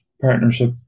Partnership